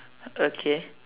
okay